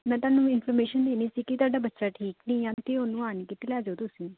ਮੈਂ ਤੁਹਾਨੂੰ ਇਨਫੋਰਮੇਸ਼ਨ ਦੇਣੀ ਸੀ ਕਿ ਤੁਹਾਡਾ ਬੱਚਾ ਠੀਕ ਨਹੀਂ ਆ ਅਤੇ ਉਹਨੂੰ ਆਣ ਕੇ ਅਤੇ ਲੈ ਜਾਓ ਤੁਸੀਂ